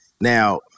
Now